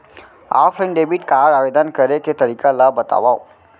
Offline debit card आवेदन करे के तरीका ल बतावव?